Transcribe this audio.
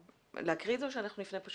להקריא את זה או שאנחנו נפנה?